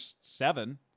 seven